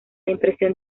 impresión